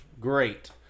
great